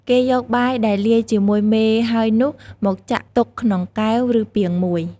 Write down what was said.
គេយកបាយដែលលាយជាមួយមេហើយនោះមកចាក់ទុកក្នុងកែវ ឬពាងមួយ ។